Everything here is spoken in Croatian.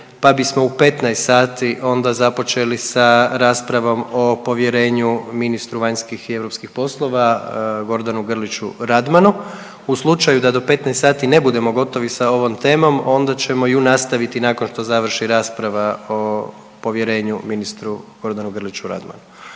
pa bismo u 15 sati onda započeli sa raspravom o povjerenju ministru vanjskih i europskih poslova Gordanu Grliću Radmanu. U slučaju da do 15 sati ne budemo gotovi sa ovom temom onda ćemo ju nastaviti nakon što završi rasprava o povjerenju ministru Gordanu Grliću Radmanu,